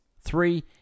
Three